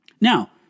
Now